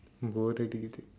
go to delete it